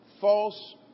false